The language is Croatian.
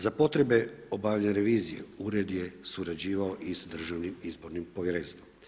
Za potrebe obavljanja revizije Ured je surađivao i sa Državnim izbornim povjerenstvom.